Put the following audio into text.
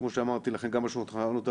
כמו שאמרתי לכם גם בשולחנות העגולים,